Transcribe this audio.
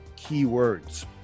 keywords